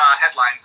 headlines